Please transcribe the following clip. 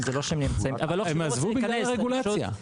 הם עזבו בגלל הרגולציה,